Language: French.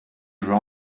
j’en